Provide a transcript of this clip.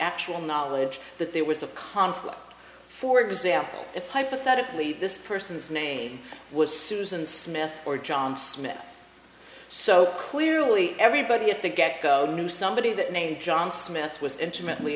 actual knowledge that there was a conflict for example if hypothetically this person's name was susan smith or john smith so clearly everybody at the get go knew somebody that named john smith was intimately